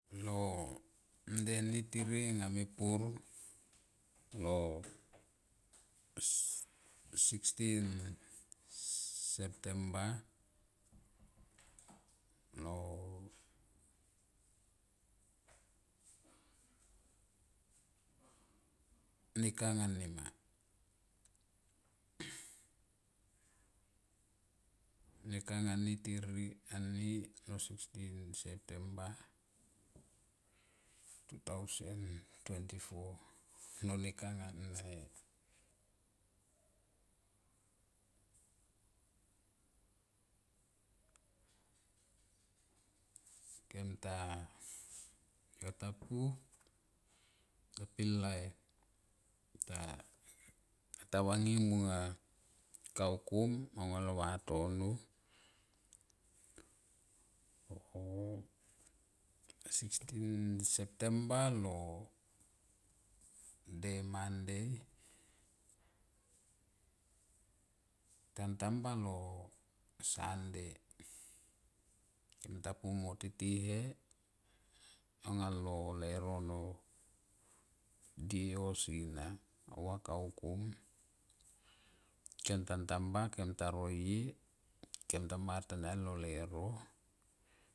Lo nda ni tere mepur lo sixteen septemba lo na kang ani ma nekang ani tere lo sixteen septemba lo two thousand twenty four lo nekang. Kem ta yo ta pu ta pilai ta, ta vanging kaukum au nga lo vortono. Sixteen septemba ten da monday tan tamba ten lo sunday kem ta pu mo tete e he aunga lo teuno no die yo si na au va kukum kem nta tamba kem ta roie kem ta mar tania li lo leuro.